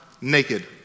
Naked